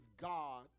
God